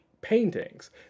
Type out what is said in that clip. paintings